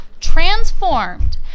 transformed